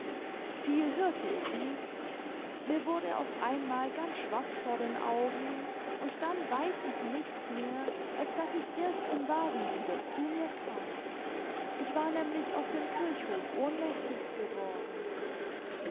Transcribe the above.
viel hörte ich nicht mir wurde auf einmal ganz schwarz vor den augen und dann weiß ich nichts mehr als daß ich erst im wagen wieder zu mir kam ich war nämlich auf dem kirchhof ohnmächtig geworden